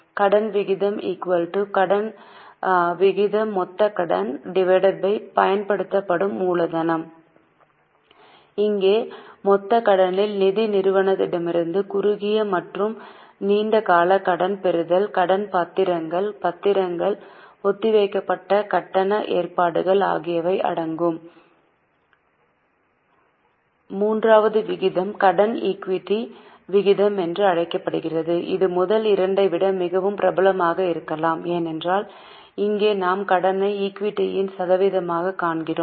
கடன் விகிதம்கடன் விகமொத்த கடன் பயன்படுத்தப்படும் மூலதனம் இ ங்கே மொத்த கடனில் நிதி நிறுவனத்திடமிருந்து குறுகிய மற்றும் நீண்ட கால கடன் பெறுதல் கடன் பத்திரங்கள் பத்திரங்கள் ஒத்திவைக்கப்பட்ட கட்டண ஏற்பாடுகள் ஆகியவை அடங்கும் மூன்றாவது விகிதம் கடன் ஈக்விட்டிஏகுய்ட்டி விகிதம் என்று அழைக்கப்படுகிறது இது முதல் இரண்டை விட மிகவும் பிரபலமாக இருக்கலாம் ஏனென்றால் இங்கே நாம் கடனை ஈக்விட்டியின் சதவீதமாகக் காண்கிறோம்